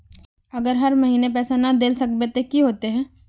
अगर हर महीने पैसा ना देल सकबे ते की होते है?